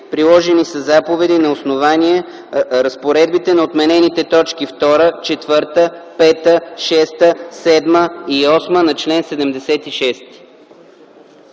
приложени със заповеди на основание разпоредбите на отменените точки 2, 4, 5, 6, 7 и 8 на чл. 76.”